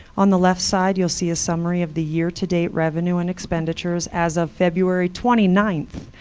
on the left side, you'll see a summary of the year-to-date revenue and expenditures as of february twenty nine,